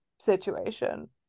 situation